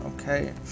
Okay